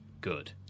good